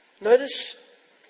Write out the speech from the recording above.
Notice